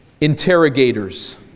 interrogators